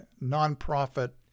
non-profit